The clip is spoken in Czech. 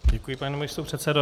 Děkuji, pane místopředsedo.